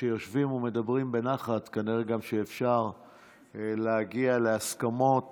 כשיושבים ומדברים בנחת כנראה גם שאפשר להגיע להסכמות